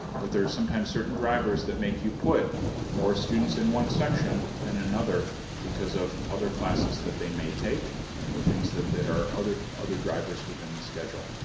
but there are sometimes certain drivers that make you put more students in one section than another because of other classes that they may take or things that that are other other drivers within the schedule.